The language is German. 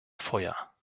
feuer